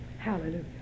Hallelujah